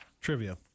Trivia